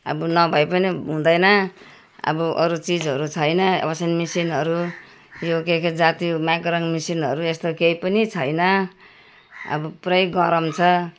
अब नभए पनि हुँदैन अब अरू चिजहरू छैन वासिङ मसिनहरू यो के के जाति माइक्रो मसिनहरू यस्तो केही पनि छैन अब पुरै गरम छ